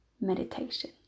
meditation